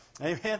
Amen